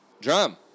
Drum